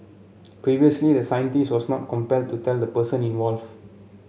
previously the scientist was not compelled to tell the person involve